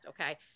Okay